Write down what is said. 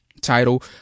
title